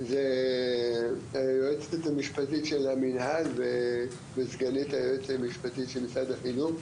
זה היועצת המשפטית של המינהל וסגנית היועץ המשפטי של משרד החינוך,